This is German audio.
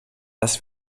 dass